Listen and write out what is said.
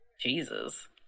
Jesus